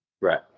Right